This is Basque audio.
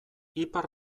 ipar